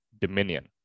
dominion